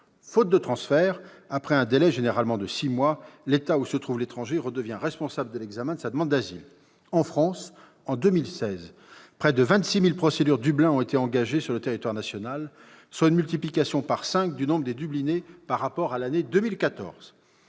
Faute de transfert après un certain délai, généralement fixé à six mois, l'État où se trouve l'étranger redevient responsable de l'examen de sa demande d'asile. En France, en 2016, près de 26 000 procédures Dublin ont été engagées sur le territoire national, soit une multiplication par cinq du nombre des « dublinés » par rapport à l'année 2014.